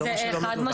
זה לא מה שלא מדווח,